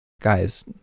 guys